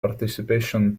participation